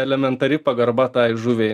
elementari pagarba tai žuviai